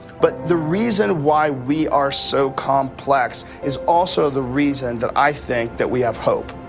but the reason why we are so complex is also the reason that i think that we have hope.